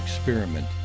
experiment